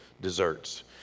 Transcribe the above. desserts